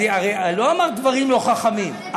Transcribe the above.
לא אמרת דברים לא חכמים,